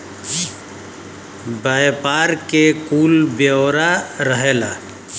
व्यापार के कुल ब्योरा रहेला